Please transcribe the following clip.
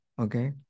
okay